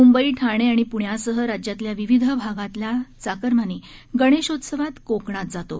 मुंबई ठाणे आणि प्ण्यासह राज्यातल्या विविध भागातला चाकरमानी गणेशोत्सवात कोकणात जातो